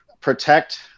protect